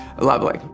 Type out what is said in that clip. lovely